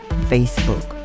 facebook